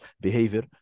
behavior